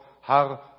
Har